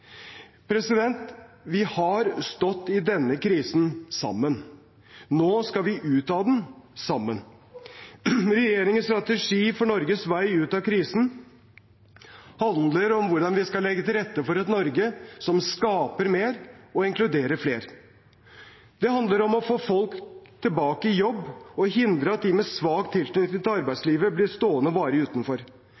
Vi har stått i denne krisen sammen. Nå skal vi ut av den sammen. Regjeringens strategi for Norges vei ut av krisen handler om hvordan vi skal legge til rette for et Norge som skaper mer og inkluderer flere. Det handler om å få folk tilbake i jobb og hindre at de med svak tilknytning til